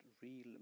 real